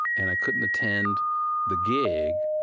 and i couldn't attend the gig,